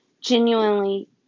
genuinely